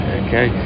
okay